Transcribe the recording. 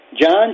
John